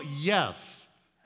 Yes